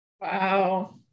Wow